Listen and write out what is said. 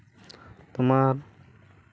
ᱛᱳᱢᱟᱨ